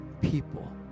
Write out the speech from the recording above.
people